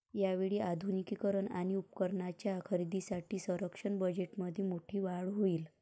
यावेळी आधुनिकीकरण आणि उपकरणांच्या खरेदीसाठी संरक्षण बजेटमध्ये मोठी वाढ होईल